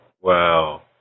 Wow